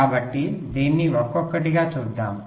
కాబట్టి దీన్ని ఒక్కొక్కటిగా చూద్దాం